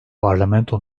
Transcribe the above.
parlamento